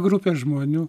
grupė žmonių